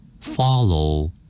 follow